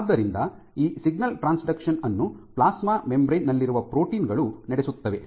ಆದ್ದರಿಂದ ಈ signal transduction ಅನ್ನು ಪ್ಲಾಸ್ಮಾ ಮೆಂಬರೇನ್ ನಲ್ಲಿರುವ ಪ್ರೋಟೀನ್ ಗಳು ನಡೆಸುತ್ತವೆ